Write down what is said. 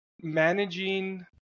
managing